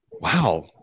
Wow